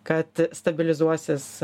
kad stabilizuosis